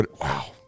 wow